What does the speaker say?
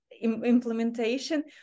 implementation